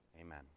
Amen